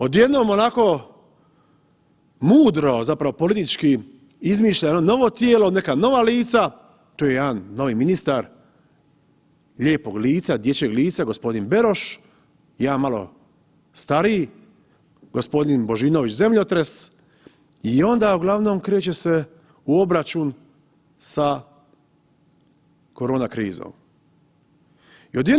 Odjednom onako mudro, a zapravo politički izmišlja jedno novo tijelo, neka nova lica, tu je jedan novi ministar lijepog lica, dječjeg lica gospodin Beroš i jedan malo stariji gospodin Božinović zemljotres i onda uglavnom kreće se u obračun sa korona krizom.